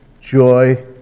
joy